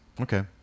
Okay